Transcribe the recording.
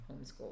homeschool